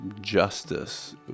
justice